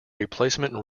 replacement